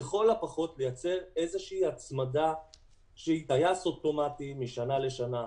לכל הפחות לייצר איזה הצמדה שהיא טייס אוטומטי משנה לשנה.